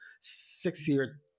six-year